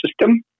system